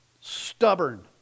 stubborn